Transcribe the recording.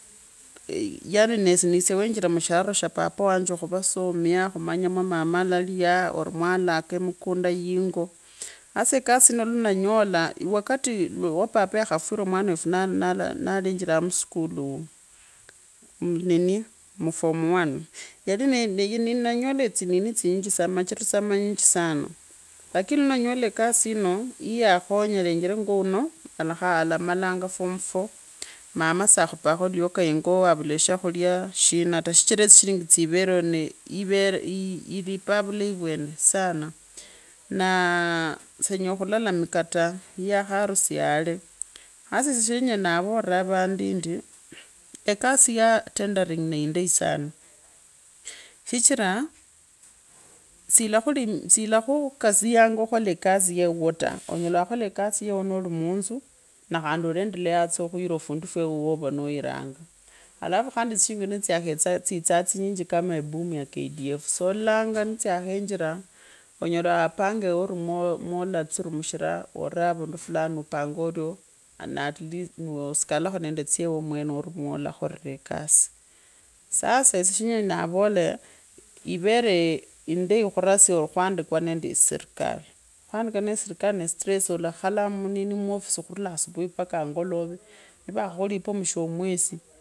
Yaani niisye wanjira mushilaro sha papa khusomia, khumanya mwa mama alaliya ori mwalako mukunda yingoo hasa ekasi yino mwananyola, wkati ya papa ya khafwira mwanawefu nala nalenjiraa muskulu ni nini mu form one yalinende nali nanyota tsinini tsi nyinji sana macharitso manyinji sana lakini iwananyola ekasi yino. yiiyakhonya lenjera. ngwao nakholanga almmalanga form four mama sakhupaa ingo luyoka sa vula shakhulya. shina ta shichira etsishiringi tsivereo. nee ivvere ilipaa vulei uwene sana naa near senyela khulalamika ta ya kharusya yale. sasa esye shenyala navera avandu ndi ekasi ya tendering. niinda sana. shichira silaa khukazianga khukhole kasi yewuuwota onyela wakhola kazi yewuwo nolimunzu nakhandi olende leyenga khuira fundu fufwo wova nairanga alafu tsishirinji ni tsya khetsa t tsa tsinyinji kama boom ya kalf ni tsya khenjira onyela wa panga ewenawala tsirumishira ovee avundu fulani upange orioo naa atleast asikalekhe nende tsy wawo mwene khandikwa ni serikali kwandikwa ni serikali nli stresssi ulekhalaamuumwofisi khulura asubuhi paka angolova nivakhakhulip[a mwisho wa mwesi.